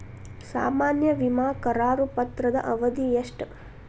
ಸಾಮಾನ್ಯ ವಿಮಾ ಕರಾರು ಪತ್ರದ ಅವಧಿ ಎಷ್ಟ?